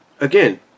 Again